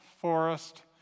forest